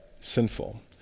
sinful